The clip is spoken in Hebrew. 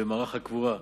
במערך הקבורה,